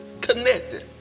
connected